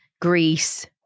Greece